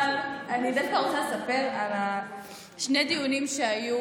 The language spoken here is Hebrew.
אבל אני דווקא רוצה לספר על שני הדיונים שהיו